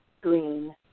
green